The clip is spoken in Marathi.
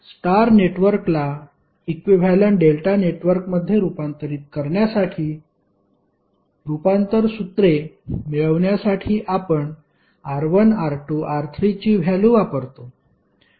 आता स्टार नेटवर्कला इक्विव्हॅलेंट डेल्टा नेटवर्कमध्ये रूपांतरित करण्यासाठी रूपांतर सूत्रे मिळविण्यासाठी आपण R1 R2 R3 ची व्हॅल्यु वापरतो